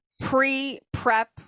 pre-prep